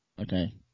Okay